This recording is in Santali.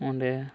ᱚᱸᱰᱮ